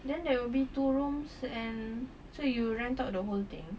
then there will be two rooms and so you rent out the whole thing